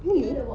really